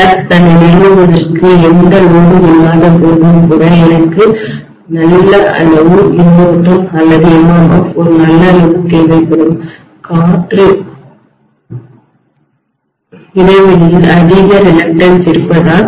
flux தன்னை நிறுவுவதற்கு எந்த சுமையும் லோடும் இல்லாதபோது கூட எனக்கு நல்ல அளவு மின்னோட்டம்கரண்ட் அல்லது MMF ஒரு நல்ல அளவு தேவைப்படும் காற்று இடைவெளியில் அதிக தயக்கம்ரிலக்டன்ஸ் இருப்பதால்